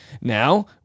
Now